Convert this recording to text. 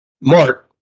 Mark